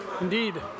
Indeed